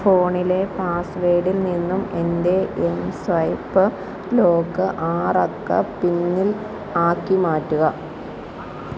ഫോണിലെ പാസ്വേഡിൽ നിന്നും എൻ്റെ എം സ്വൈപ്പ് ലോക്ക് ആറക്ക പിന്നിൽ ആക്കി മാറ്റുക